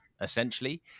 essentially